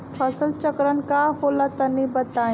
फसल चक्रण का होला तनि बताई?